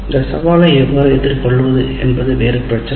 இந்த சவாலை எவ்வாறு எதிர்கொள்வது என்பது வேறு பிரச்சினை